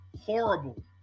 horrible